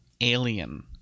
alien